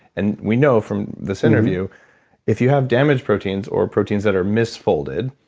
and we know from this interview if you have damaged proteins, or proteins that are misfolded,